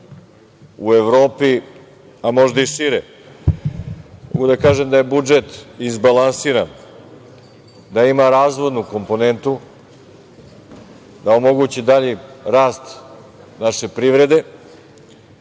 u Evropi, a možda i šire. Mogu da kažem da je budžet izbalansiran, da ima razvodnu komponentu, da omogući dalji rast naše privrede,